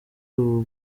ubu